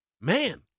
man